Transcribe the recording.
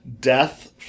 death